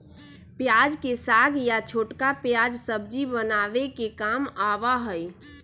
प्याज के साग या छोटका प्याज सब्जी बनावे के काम आवा हई